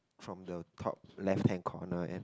from the top left hand corner and